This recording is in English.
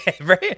Right